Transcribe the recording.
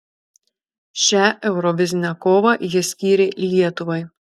šią eurovizinę kovą jis skyrė lietuvai